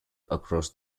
across